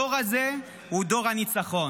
הדור הזה הוא דור הניצחון.